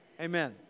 Amen